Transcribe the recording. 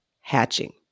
hatching